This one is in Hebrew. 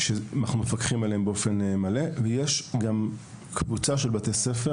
ג׳ - בתי ספר